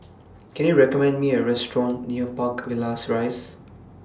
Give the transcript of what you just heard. Can YOU recommend Me A Restaurant near Park Villas Rise